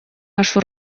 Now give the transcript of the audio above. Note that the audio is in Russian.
нашу